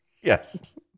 yes